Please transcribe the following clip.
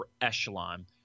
echelon